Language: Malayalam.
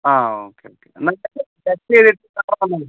അ ഓക്കെ ഓക്കെ ടെസ്റ്റ് ചെയ്തിട്ട് അങ്ങോട്ട് വന്നാൽ മതിയോ